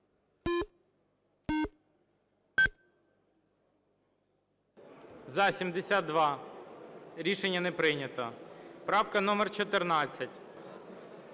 За-72 Рішення не прийнято. Правка номер 14.